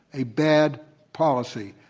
a bad policy.